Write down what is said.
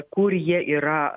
kur jie yra